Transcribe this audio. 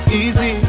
easy